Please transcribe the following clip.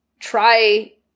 Try